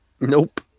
Nope